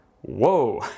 whoa